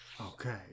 Okay